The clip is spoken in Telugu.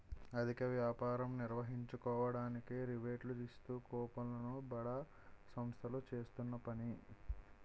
అధిక వ్యాపారం నిర్వహించుకోవడానికి రిబేట్లు ఇస్తూ కూపన్లు ను బడా సంస్థలు చేస్తున్న పని